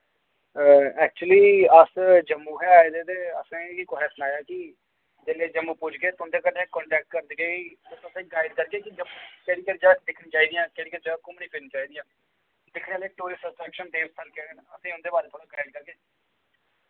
actually अस जम्मू हे आए दे ते असें गी कुसा ने सनाया कि जेल्ले जम्मू पुजगे तुं'दे कन्नै कन्टैक्ट करगे कि तुसें गाइड करगे जम्मू च केह्ड़ी केह्ड़ी ज'गां दिक्खनियां चाहि दियां केह्ड़ी केह्ड़ी ज'गां घुम्मनी फिरनी चाहि दियां दिक्खने आह्ले टूरिस्ट स्थल देव स्थान केह्ड़े असें उं'दे बारे थोह्ड़ा गाइड करगे